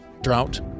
drought